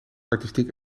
artistiek